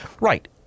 right